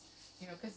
ya